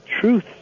truth